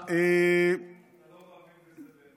אתה לא מאמין בזה באמת.